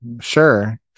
Sure